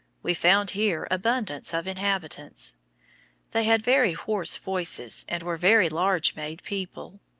we found here abundance of inhabitants they had very hoarse voices and were very large-made people.